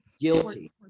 guilty